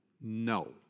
no